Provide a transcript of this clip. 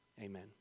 Amen